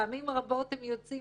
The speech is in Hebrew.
פעמים רבות הם יוצאים